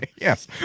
Yes